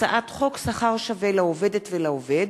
הצעת חוק שכר שווה לעובדת ולעובד